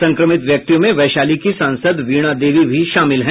संक्रमित व्यक्तियों में वैशाली की सांसद वीणा देवी भी शामिल हैं